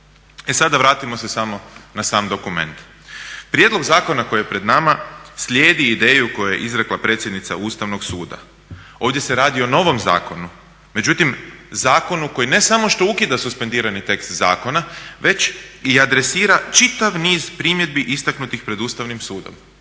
sada vratimo se samo na sam dokument. Prijedlog zakona koji je pred nama slijedi ideju koju je izrekla predsjednica Ustavnog suda. Ovdje se radi o novom zakonu, međutim zakonu koji ne samo što ukida suspendirani tekst zakona već i adresira čitav niz primjedbi istaknutih pred Ustavnim sudom.